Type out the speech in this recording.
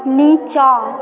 निचाँ